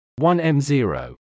1m0